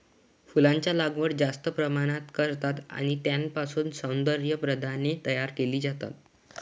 फुलांचा लागवड जास्त प्रमाणात करतात आणि त्यांच्यापासून सौंदर्य प्रसाधने तयार केली जातात